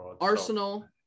arsenal